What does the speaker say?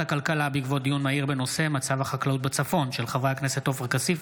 הכלכלה בעקבות דיון מהיר בהצעתם של חברי הכנסת עופר כסיף,